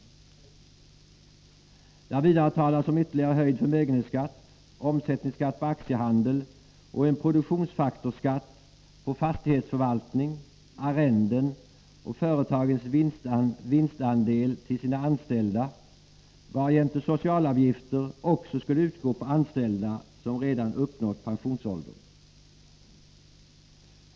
Det har vidare talats om ytterligare höjd förmögenhetsskatt, omsättningsskatt på aktiehandel och en produktionsfaktorsskatt på fastighetsförvaltning, arrenden och företagens vinstandel till sina anställda, varjämte socialavgifter också skulle utgå på lön till anställda som redan uppnått pensionsåldern.